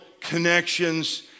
connections